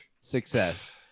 success